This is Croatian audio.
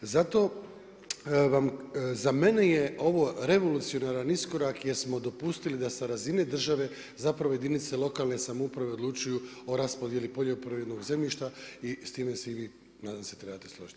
Zato vam, za mene je ovo revolucionaran iskorak jer smo dopustili da sa razine države zapravo jedinice lokalne samouprave odlučuju o raspodjeli poljoprivrednog zemljišta i s time se i vi, nadam se trebate složiti.